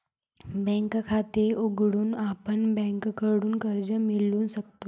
bank खाते उघडून आपण बँकेकडून कर्ज मिळवू शकतो